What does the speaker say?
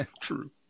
True